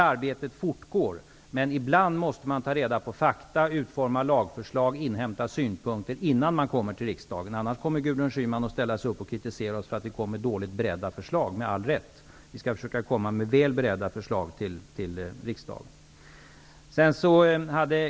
Arbetet fortgår alltså, men ibland måste man ta reda på fakta, utforma lagförslag och inhämta synpunkter innan man kommer tillbaka till riksdagen, annars kommer Gudrun Schyman att ställa sig upp och med all rätt kritisera regeringen för att komma med dåligt beredda förslag. Vi skall försöka komma med väl beredda förslag till riksdagen.